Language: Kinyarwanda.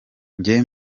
njye